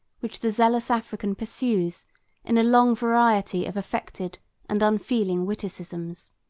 which the zealous african pursues in a long variety of affected and unfeeling witticisms.